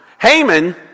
Haman